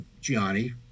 Gianni